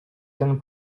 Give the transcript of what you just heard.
ten